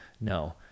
no